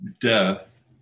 death